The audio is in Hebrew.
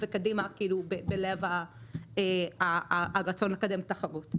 בלב הרצון לקדם תחרות.